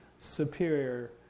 superior